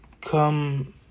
come